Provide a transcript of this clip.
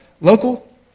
local